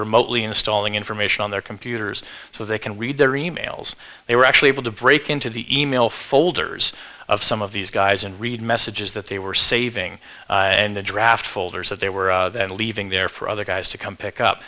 remotely installing information on their computers so they can read their e mails they were actually able to break into the e mail folders of some of these guys and read messages that they were saving and the draft folders that they were leaving there for other guys to come pick up